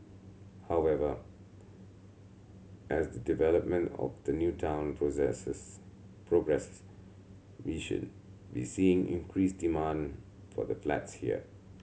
however as the development of the new town progresses we should be seeing increased demand for the flats here